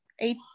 Eight